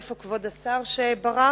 איפה כבוד השר שברח?